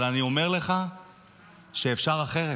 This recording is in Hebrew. אבל אני אומר לך שאפשר אחרת.